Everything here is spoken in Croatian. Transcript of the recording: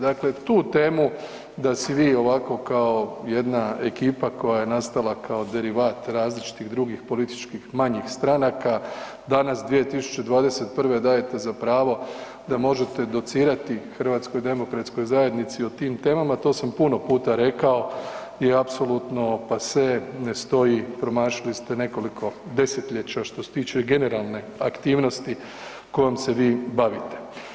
Dakle, tu temu da si vi ovako kao jedna ekipa koja je nastala kao derivat različitih drugih političkih manjih stranaka danas 2021. dajete za pravo da možete docirati HDZ-u o tim temama, to sam puno rekao je apsolutno passe, ne stoji, promašili ste nekoliko desetljeća što se tiče generalne aktivnosti kojom se vi bavite.